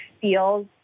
feels